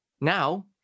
now